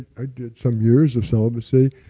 i did some years of celibacy.